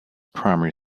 primary